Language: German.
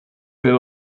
bill